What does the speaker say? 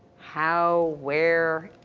how, where,